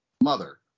mother